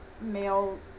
male